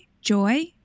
joy